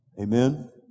Amen